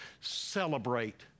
celebrate